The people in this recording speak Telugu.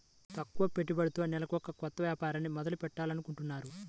తక్కువ పెట్టుబడితో నేనొక కొత్త వ్యాపారాన్ని మొదలు పెట్టాలనుకుంటున్నాను